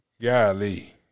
golly